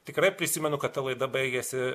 tikrai prisimenu kad ta laida baigėsi